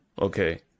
Okay